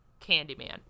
Candyman